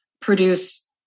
produce